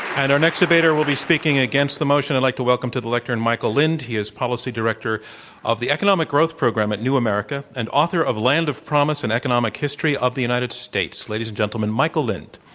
and our next debater will be speaking against the motion. i'd like to welcome to the lectern, michael lind. he is policy director of the economic growth program at new america, and author of land of promise and economic history of the united states. ladies and gentlemen, michael lind.